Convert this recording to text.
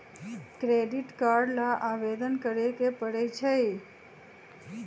credit card ला आवेदन करे के परई छई